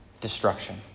destruction